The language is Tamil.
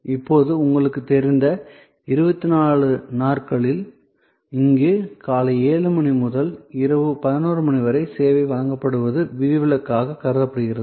இப்போது உங்களுக்குத் தெரிந்த 24 நாட்களில் இங்கு காலை 7 மணி முதல் இரவு 11 மணி வரை சேவை வழங்கப்படுவது விதிவிலக்காகக் கருதப்படுகிறது